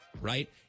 right